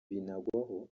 binagwaho